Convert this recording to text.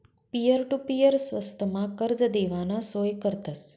peer to peer स्वस्तमा कर्ज देवाना सोय करतस